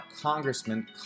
congressman